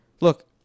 look